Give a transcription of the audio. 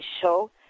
show